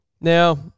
Now